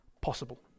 possible